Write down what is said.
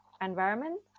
environment